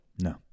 No